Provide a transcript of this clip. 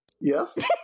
Yes